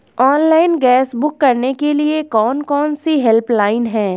Online gas book करने के लिए कौन कौनसी हेल्पलाइन हैं?